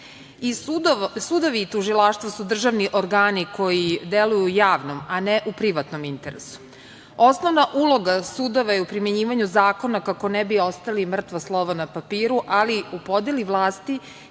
sudovi i tužilaštva su državni organi koji deluju u javnom, a ne u privatnom interesu. Osnovna uloga sudova je u primenjivanju zakona kako ne bi ostali mrtvo slovo na papiru, ali u podeli vlasti